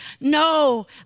No